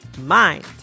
mind